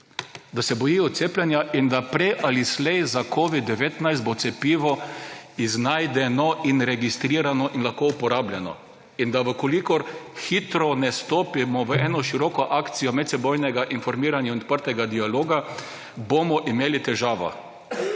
da se bojijo cepljenja in da bo prej ali slej za covid-19 cepivo iznajdeno in registrirano in lahko uporabljeno in da, če hitro ne stopimo v eno široko akcijo medsebojnega informiranja in odprtega dialoga, bomo imeli težavo.